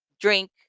drink